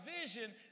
vision